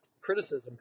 criticism